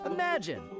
Imagine